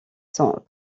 sont